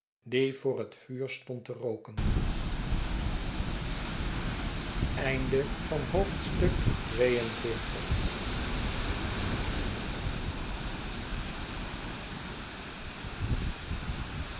die voor het vuur stond te rooken